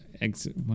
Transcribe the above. exit